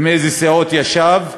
עם איזה סיעות ישב,